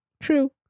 True